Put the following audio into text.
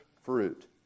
fruit